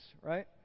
right